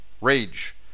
rage